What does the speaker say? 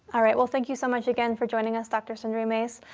all right. well, thank you so much again for joining us, dr. sundari mase.